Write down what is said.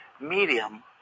medium